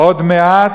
"עוד מעט",